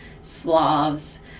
Slavs